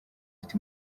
ufite